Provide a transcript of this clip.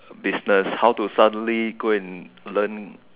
business how to study go and learn